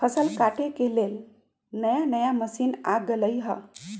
फसल काटे के लेल नया नया मशीन आ गेलई ह